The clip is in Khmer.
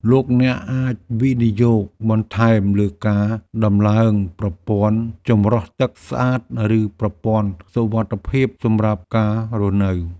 លោកអ្នកអាចវិនិយោគបន្ថែមលើការដំឡើងប្រព័ន្ធចម្រោះទឹកស្អាតឬប្រព័ន្ធសុវត្ថិភាពសម្រាប់ការរស់នៅ។